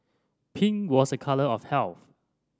pink was a colour of health